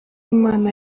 imana